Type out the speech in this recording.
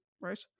Right